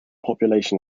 population